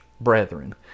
brethren